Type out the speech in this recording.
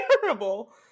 terrible